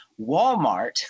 Walmart